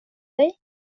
dig